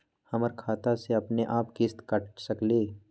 हमर खाता से अपनेआप किस्त काट सकेली?